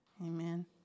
Amen